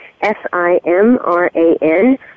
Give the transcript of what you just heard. S-I-M-R-A-N